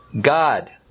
God